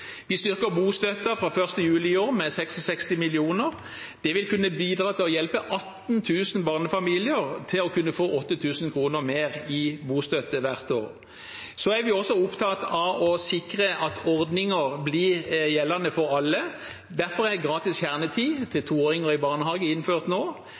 Vi styrker bostøtten fra 1. juli i år med 66 mill. kr. Det vil bidra til å hjelpe 18 000 barnefamilier til å kunne få 8 000 kr mer i bostøtte hvert år. Vi er også opptatt av å sikre at ordninger blir gjeldende for alle. Derfor er gratis kjernetid for toåringer i barnehage innført nå.